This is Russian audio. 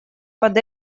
под